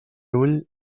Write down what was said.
ull